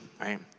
right